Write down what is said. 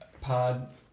Pod